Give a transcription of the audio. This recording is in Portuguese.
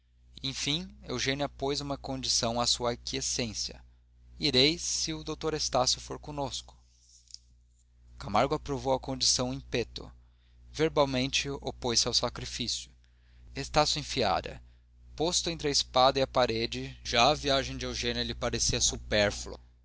enfim eugênia pós uma condição à sua aquiescência irei se o dr estácio for conosco camargo aprovou a condição in petto verbalmente opôs-se ao sacrifício estácio enfiara posto entre a espada e a parede já a viagem de eugênia lhe parecia supérflua